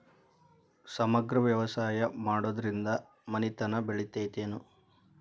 ಸಮಗ್ರ ವ್ಯವಸಾಯ ಮಾಡುದ್ರಿಂದ ಮನಿತನ ಬೇಳಿತೈತೇನು?